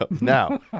Now